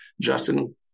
Justin